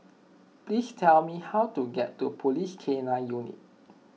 please tell me how to get to Police K nine Unit